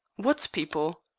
what people?